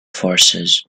forces